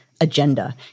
agenda